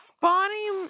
Bonnie